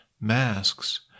masks